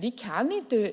Vi kan inte